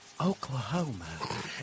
Oklahoma